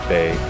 Bay